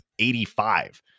85